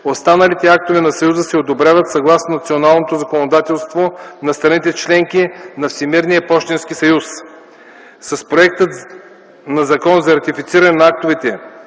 Останалите актове на съюза се одобряват съгласно националното законодателство на страните - членки на Всемирния пощенски съюз. С проектът на Закон за ратифициране на актовете